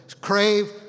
Crave